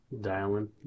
Dialing